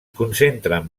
concentren